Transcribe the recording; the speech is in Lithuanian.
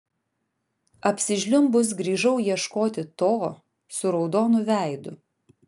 apsižliumbus grįžau ieškoti to su raudonu veidu